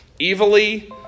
evilly